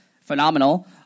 phenomenal